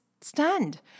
stunned